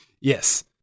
Yes